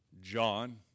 John